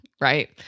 right